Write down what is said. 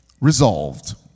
Resolved